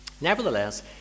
Nevertheless